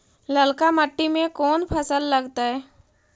ललका मट्टी में कोन फ़सल लगतै?